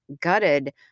gutted